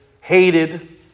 hated